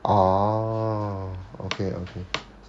orh okay okay